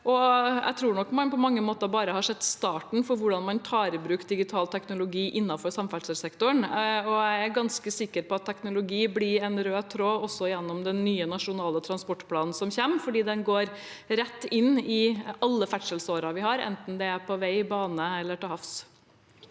Jeg tror nok man på mange måter bare har sett starten på hvordan man tar i bruk digital teknologi innenfor samferdselssektoren, og jeg er ganske sikker på at teknologi blir en rød tråd også gjennom den nye nasjonale transportplanen som kommer, fordi den går rett inn i alle ferdselsårer vi har, enten det er på vei og bane eller til havs.